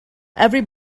every